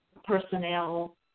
personnel